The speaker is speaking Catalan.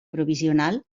provisional